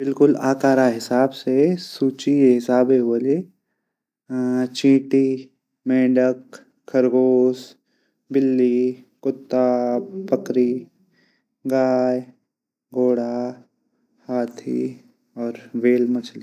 बिल्कुल आकार हिसाब से सूचि हिसाब ये होली चीटी मेंढक खरगोश बिल्ली कुता बकरी गाय घोडा हाथी व्हेल मछली।